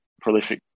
prolific